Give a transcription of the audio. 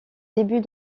début